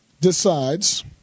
decides